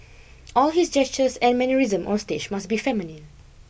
all his gestures and mannerism on stage must be feminine